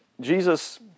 Jesus